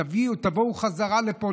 תבואו חזרה לפה.